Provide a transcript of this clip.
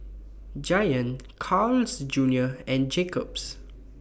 Giant Carl's Junior and Jacob's